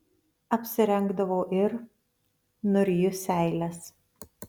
apsirengdavau ir nuryju seiles